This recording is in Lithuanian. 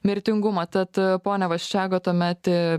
mirtingumą tad pone vaščega tuomet